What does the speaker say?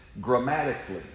grammatically